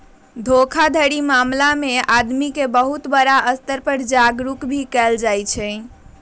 धोखाधड़ी मामला में आदमी के बहुत बड़ा स्तर पर जागरूक भी कइल जाहई